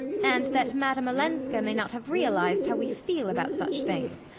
and that madame olenska may not have realised how we feel about such things.